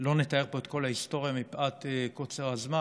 לא נתאר פה את כל ההיסטוריה, מפאת קוצר הזמן,